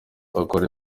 bakora